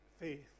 faith